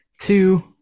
two